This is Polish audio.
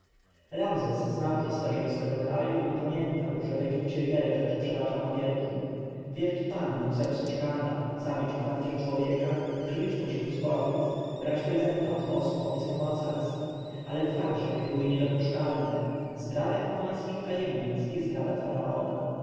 ramzes znał historję swego kraju i pamiętał że w egipcie wiele rzeczy przebaczano wielkim wielki pan mógł zepsuć kanał zabić ukradkiem człowieka drwić pocichu z bogów brać prezenta od posłów obcych mocarstw ale dwa grzechy były niedopuszczalne zdrada kapłańskich tajemnic i zdrada faraona